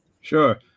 Sure